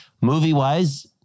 Movie-wise